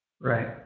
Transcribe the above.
Right